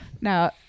now